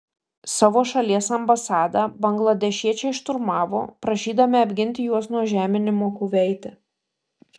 savo šalies ambasadą bangladešiečiai šturmavo prašydami apginti juos nuo žeminimo kuveite